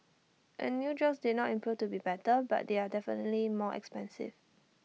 and new drugs are not proven to be better but they are definitely more expensive